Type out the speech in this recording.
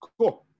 Cool